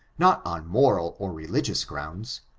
not on moral or religious grounds,